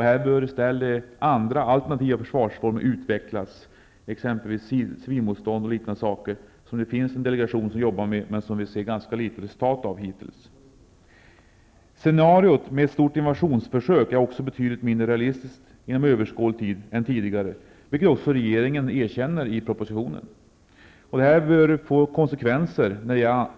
I stället bör andra, alternativa försvarsformer utvecklas, exempelvis civilmotstånd. Det finns en delegation som jobbar med detta, men vi har hittills sett ganska litet resultat av det arbetet. Scenariot av ett stort invasionsförsök är också betydligt mindre realistiskt inom överskådlig tid än vad det var tidigare, vilket också regeringen erkänner i propositionen. Detta bör få konsekvenser när